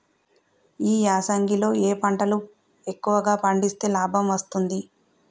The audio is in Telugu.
ఈ యాసంగి లో ఏ పంటలు ఎక్కువగా పండిస్తే లాభం వస్తుంది?